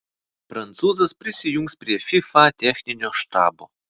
prancūzas prisijungs prie fifa techninio štabo